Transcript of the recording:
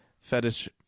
fetish